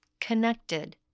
connected